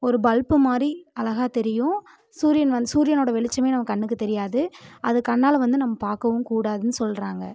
ஒரு பல்ப்பு மாதிரி அழகாக தெரியும் சூரியன் வந்து சூரியனோட வெளிச்சமே நம்ம கண்ணுக்கு தெரியாது அது கண்ணால் வந்து நம்ம பார்க்கவும் கூடாதுன்னு சொல்கிறாங்க